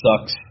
Sucks